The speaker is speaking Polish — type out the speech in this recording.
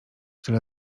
tyle